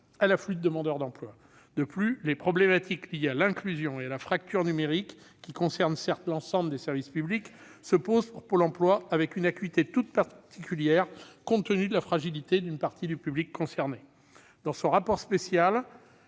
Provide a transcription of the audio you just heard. à l'afflux de demandeurs d'emploi. De plus, les problématiques liées à l'inclusion et à la fracture numérique, qui concernent certes l'ensemble des services publics, se posent avec une acuité toute particulière pour Pôle emploi, compte tenu de la fragilité d'une partie du public concerné. Dans son rapport spécial